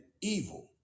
evil